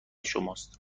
شماست